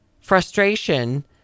frustration